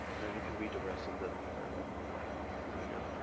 and you can read the rest of the paragraph if you like later.